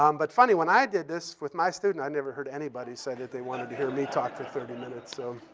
um but funny when i did this with my student, i never heard anybody say that they wanted to hear me talk for thirty minutes, so.